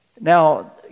Now